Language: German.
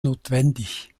notwendig